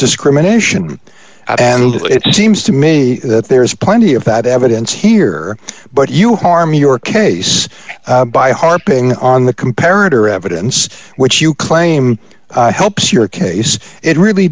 discrimination and it seems to me that there is plenty of that evidence here but you harm your case by harping on the comparative evidence which you claim helps your case it really